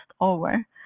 over